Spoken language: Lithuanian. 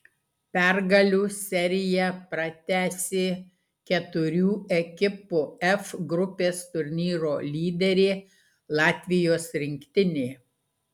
pergalių seriją pratęsė keturių ekipų f grupės turnyro lyderė latvijos rinktinė